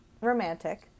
romantic